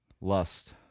Lust